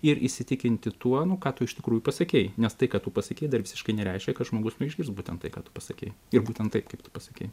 ir įsitikinti tuo ką tu iš tikrųjų pasakei nes tai ką tu pasakei dar visiškai nereiškia kad žmogus išgirs būtent tai ką tu pasakei ir būtent taip kaip tu pasakei